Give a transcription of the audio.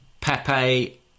Pepe